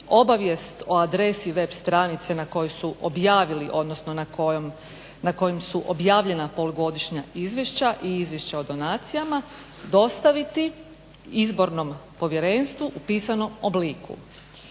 kojoj su objavili odnosno na kojim su objavljena polugodišnja izvješća i izvješća o donacijama dostaviti Izbornom povjerenstvu u pisanom obliku.